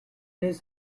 his